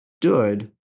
stood